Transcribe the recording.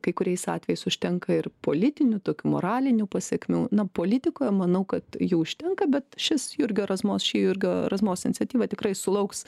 kai kuriais atvejais užtenka ir politinių tokių moralinių pasekmių na politikoje manau kad jų užtenka bet šis jurgio razmos ši jurgio razmos iniciatyva tikrai sulauks